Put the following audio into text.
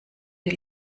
die